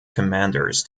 commanders